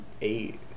eight